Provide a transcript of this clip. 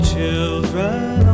children